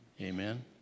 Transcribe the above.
amen